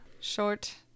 short